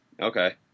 okay